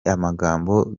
amagambo